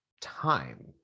time